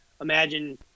imagine